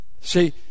See